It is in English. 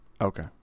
Okay